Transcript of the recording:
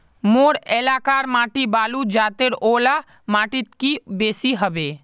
मोर एलाकार माटी बालू जतेर ओ ला माटित की बेसी हबे?